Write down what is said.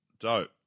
Dope